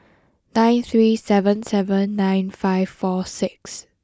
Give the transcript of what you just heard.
nine three seven seven nine five four six